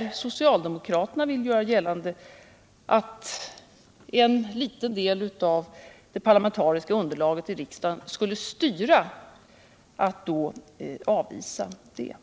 avvisa socialdemokraternas påstående om att en liten grupp i den parlamentariskt sammansatta riksdagen skulle styra bostadspolitiken.